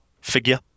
figure